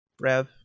rev